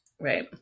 Right